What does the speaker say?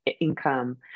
income